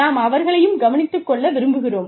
நாம் அவர்களையும் கவனித்துக் கொள்ள விரும்புகிறோம்